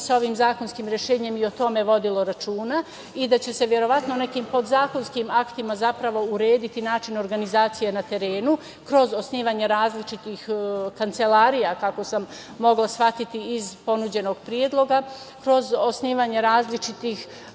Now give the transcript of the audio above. se ovim zakonskim rešenjem i o tome vodilo računa i da će se verovatno nekim podzakonskim aktima, zapravo urediti način organizacije na terenu, kroz osnivanje različitih kancelarija, kako sam mogla shvatiti iz ponuđenog predloga, kroz osnivanje različitih